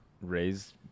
raised